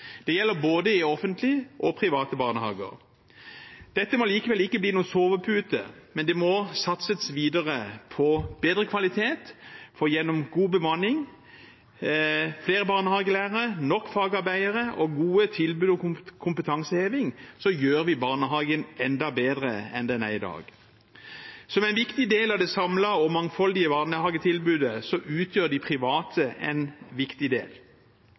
Det gjelder i både offentlige og private barnehager. Dette må likevel ikke bli noen sovepute, men det må satses videre på bedre kvalitet, for gjennom god bemanning, flere barnehagelærere, nok fagarbeidere og gode tilbud og kompetanseheving gjør vi barnehagen enda bedre enn den er i dag. Som en viktig del av det samlede og mangfoldige barnehagetilbudet utgjør de private en viktig del.